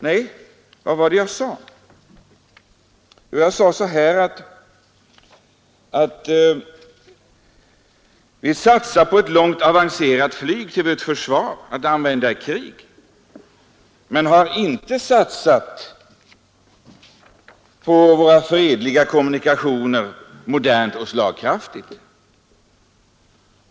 Nej, jag sade att vi satsar på ett långt avancerat flyg till vårt försvar att användas i krig men att vi inte har satsat på våra fredliga kommunikationer modernt och slagkraftigt.